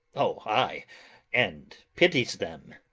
o, ay and pities them.